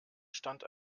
stand